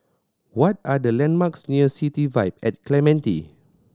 what are the landmarks near City Vibe at Clementi